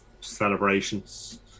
celebrations